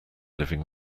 living